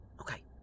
Okay